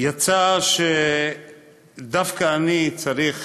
יצא שדווקא אני צריך